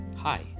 Hi